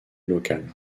locales